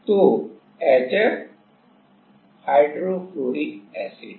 तो HF hydrofluoric acid है